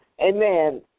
Amen